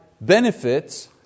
benefits